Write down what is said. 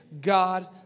God